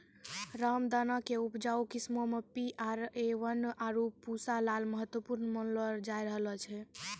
रामदाना के उपजाऊ किस्मो मे पी.आर.ए वन, आरु पूसा लाल महत्वपूर्ण मानलो जाय रहलो छै